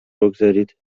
بگذارید